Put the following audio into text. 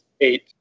eight